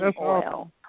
oil